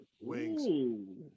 Wings